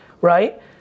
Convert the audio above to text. right